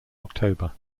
october